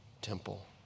temple